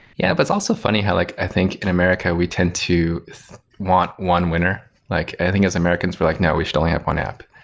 yeah. but it's also funny how like i think in america we tend to want one winner. like i think as americans we're like, no. we should only one app.